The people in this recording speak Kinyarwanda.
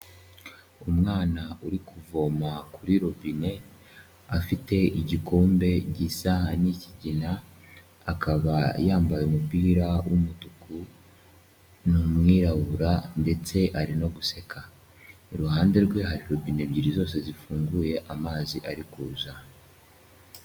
Umwana uri kuvoma kuri robine afite igikombe gisa n'ikigina akaba yambaye umupira w'umutuku ni umwirabura ndetse ari no guseka, iruhande rwe hari robine ebyiri zose zifunguye amazi ari kuza.